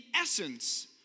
essence